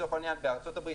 לצורך העניין בארצות הברית,